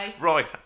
right